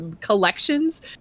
collections